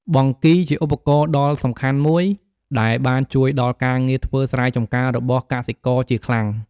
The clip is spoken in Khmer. បង្គីជាឧបករណ៍ដល់សំខាន់មួយដែលបានជួយដល់ការងារធ្វើស្រែចម្ការរបស់កសិករជាខ្លាំង។